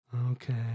Okay